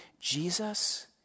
Jesus